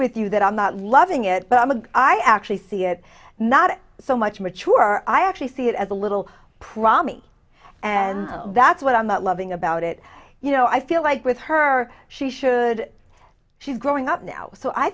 with you that i'm not loving it but i'm a i actually see it not so much mature i actually see it as a little promise and that's what i'm loving about it you know i feel like with her she should she's growing up now so i